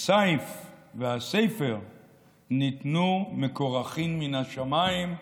'הסייף והספר ניתנו מכורכין מן השמיים'".